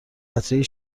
قطرهای